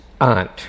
aunt